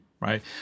right